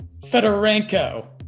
Fedorenko